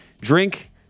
Drink